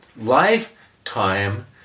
lifetime